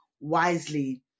wisely